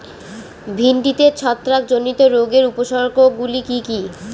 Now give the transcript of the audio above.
ভিন্ডিতে ছত্রাক জনিত রোগের উপসর্গ গুলি কি কী?